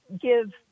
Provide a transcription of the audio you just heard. give